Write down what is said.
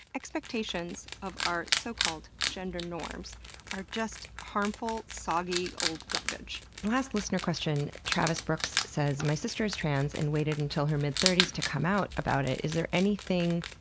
expectations of our so-called gender norms are just harmful, soggy, old garbage. last listener question. travis brooks says my sister is trans and waited until her mid thirties to come out about it. is there anything,